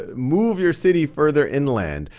ah move your city further inland.